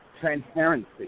transparency